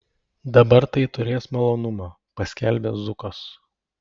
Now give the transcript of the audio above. dabar tai turės malonumą paskelbė zukas